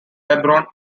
hebron